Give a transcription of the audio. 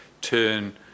turn